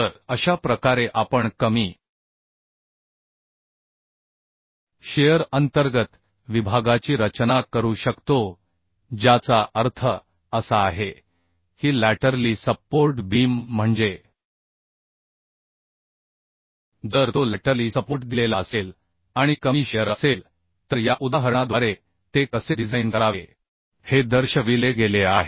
तर अशा प्रकारे आपण कमी शिअर अंतर्गत विभागाची रचना करू शकतो ज्याचा अर्थ असा आहे की लॅटरली सप्पोर्ट बीम म्हणजे जर तो लॅटरली सपोर्ट दिलेला असेल आणि कमी शिअर असेल तर या उदाहरणाद्वारे ते कसे डिझाइन करावे हे दर्शविले गेले आहे